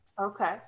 Okay